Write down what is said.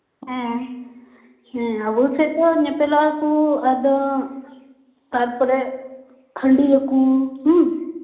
ᱦᱮᱸᱻ ᱦᱮᱸ ᱟᱵᱚ ᱥᱮᱫ ᱫᱚ ᱧᱮᱯᱮᱞᱚᱜᱼᱟ ᱠᱚ ᱟᱫᱚ ᱛᱟᱨᱯᱚᱨᱮ ᱦᱟᱸᱰᱤᱭᱟᱠᱚ ᱦᱮᱸ